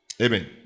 Amen